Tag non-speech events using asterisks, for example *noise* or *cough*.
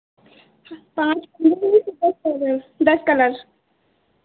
पाँच *unintelligible* दस कलर